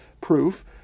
proof